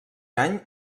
any